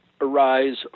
arise